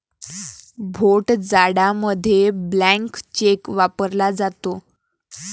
भोट जाडामध्ये blank cheque वापरला जातो